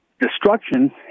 destruction